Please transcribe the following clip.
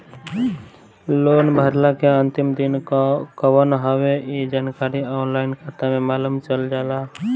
loan भरला के अंतिम दिन कवन हवे इ जानकारी ऑनलाइन खाता में मालुम चल जाला